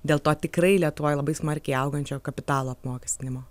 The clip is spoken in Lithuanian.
dėl to tikrai lietuvoj labai smarkiai augančio kapitalo apmokestinimo